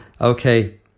Okay